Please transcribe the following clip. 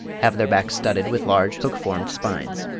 have their backs studded with large hook-formed spines.